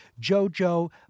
Jojo